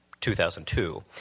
2002